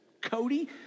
Cody